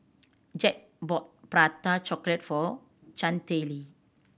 Jed bought Prata Chocolate for Chantelle